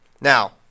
Now